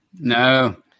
No